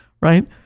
right